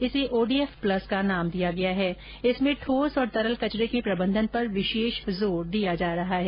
इसे ODF plus का नाम दिया गया है जिसमें ठोस और तरल कचरे के प्रबंधन पर विशेष जोर दिया जा रहा है